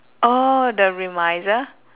orh the remisier